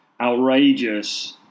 outrageous